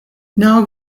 now